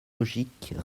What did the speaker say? logique